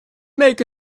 make